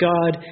God